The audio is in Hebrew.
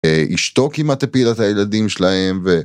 אשתו כמעט הפילה את הילדים שלהם ו...